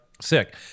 sick